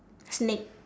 snake